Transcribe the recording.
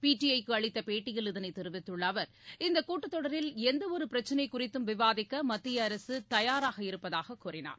PTI க்கு அளித்த பேட்டியில் இதனைத் தெரிவித்துள்ள அவர் இந்தக் கூட்டத் தொடரில் எந்தவொரு பிரச்சினை குறித்தும் விவாதிக்க மத்திய அரசு தயாராக இருப்பதாக கூறினார்